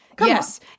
Yes